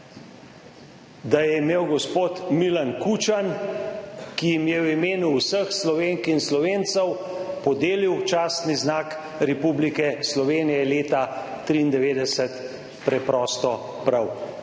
da je imel gospod Milan Kučan, ki jim je v imenu vseh Slovenk in Slovencev podelil častni znak Republike Slovenije leta 1993, preprosto prav.